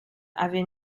avait